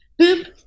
Boop